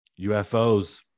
ufos